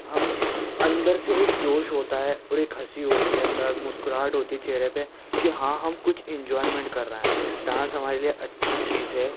ہم اندر سے ایک جوش ہوتا ہے اور ایک ہنسی ہوتی ہے اندر مسکراہٹ ہوتی چہرے پہ کہ ہاں ہم کچھ انجوائمینٹ کر رہے ہیں ڈانس ہمارے لئے اچھی چیز ہے